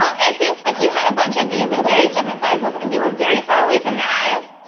i think if you had a bunch of these in various different sizes and they were very far away from your eyes,